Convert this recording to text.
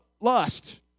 lust